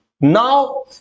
Now